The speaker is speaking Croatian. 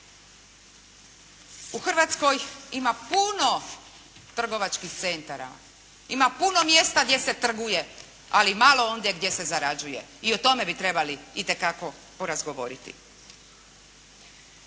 U Hrvatskoj ima puno trgovačkih centara, ima puno mjesta gdje se trguje, ali malo ondje gdje se zarađuje i o tome bi trebali itekako porazgovoriti.